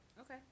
Okay